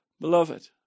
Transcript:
Beloved